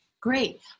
Great